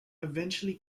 eventually